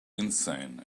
insane